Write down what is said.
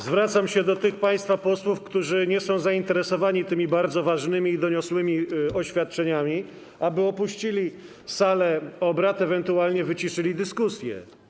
Zwracam się do tych państwa posłów, którzy nie są zainteresowani tymi bardzo ważnymi i doniosłymi oświadczeniami, aby opuścili salę obrad, ewentualnie wyciszyli dyskusję.